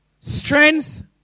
strength